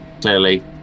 Clearly